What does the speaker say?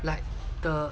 like the